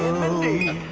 ah mindy,